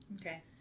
Okay